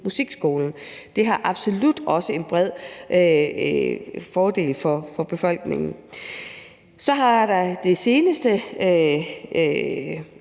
musikskolen, og det er absolut også en stor fordel for befolkningen. Det seneste